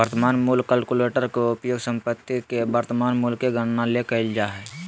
वर्तमान मूल्य कलकुलेटर के उपयोग संपत्ति के वर्तमान मूल्य के गणना ले कइल जा हइ